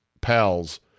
pals